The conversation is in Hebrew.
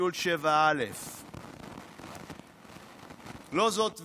ביטול 7א. זאת ועוד,